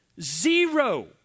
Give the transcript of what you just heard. zero